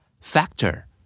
Factor